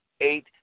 eight